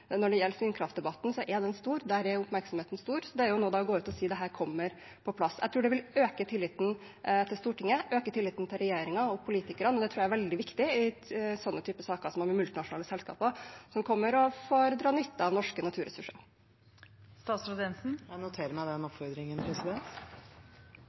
stor – å gå ut og si at dette kommer på plass. Jeg tror det vil øke tilliten til Stortinget, til regjeringen og til politikerne, og det tror jeg er veldig viktig i sånne typer saker som har å gjøre med multinasjonale selskaper som kommer og får dra nytte av norske naturressurser. Jeg noterer meg den